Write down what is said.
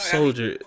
Soldier